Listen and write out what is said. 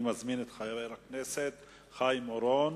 אני מזמין את חבר הכנסת חיים אורון.